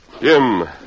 Jim